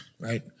Right